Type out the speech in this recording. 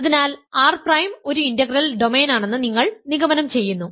അതിനാൽ R prime ഒരു integral ഡൊമെയ്നാണെന്ന് നിങ്ങൾ നിഗമനം ചെയ്യുന്നു